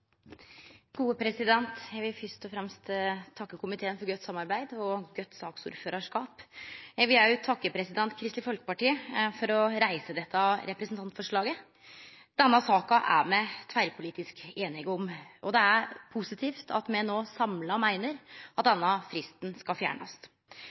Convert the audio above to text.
vil fyrst og fremst takke komiteen for godt samarbeid og godt saksordførarskap. Eg vil òg takke Kristeleg Folkeparti for å reise dette representantforslaget. Denne saka er me tverrpolitisk einige om, og det er positivt at me no samla meiner at